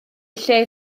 lle